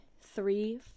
three